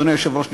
אדוני היושב-ראש,